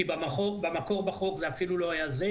כי במקור בחוק זה אפילו לא היה זה,